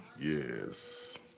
Yes